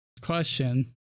question